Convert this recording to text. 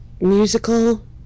musical